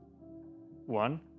one